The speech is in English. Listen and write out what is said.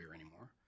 anymore